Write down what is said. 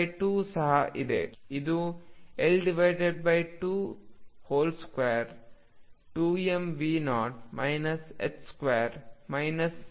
L2 ಸಹ ಇದೆ ಇದು L222mV02 Y2 ಆಗಿರುತ್ತದೆ